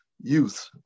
youth